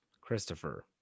Christopher